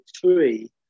three